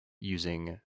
using